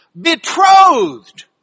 Betrothed